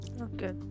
Okay